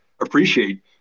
appreciate